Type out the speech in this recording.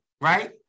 right